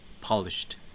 polished